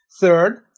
Third